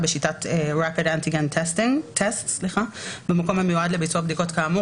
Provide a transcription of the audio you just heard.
בשיטת rapid antigen test במקום המיועד לביצוע בדיקות כאמור,